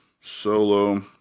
solo